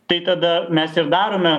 tai tada mes ir darome